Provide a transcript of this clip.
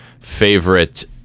favorite